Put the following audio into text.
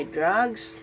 drugs